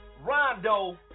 rondo